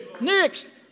Next